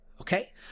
Okay